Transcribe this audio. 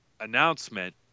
announcement